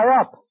up